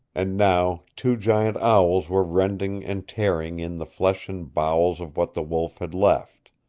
and now two giant owls were rending and tearing in the flesh and bowels of what the wolf had left.